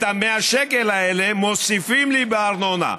את 100 השקלים האלה מוסיפים לי בארנונה,